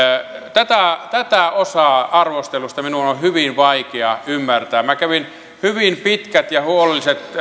tätä tätä osaa arvostelusta minun on hyvin vaikea ymmärtää minä kävin hyvin pitkät ja huolelliset